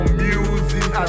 music